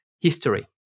history